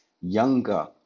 younger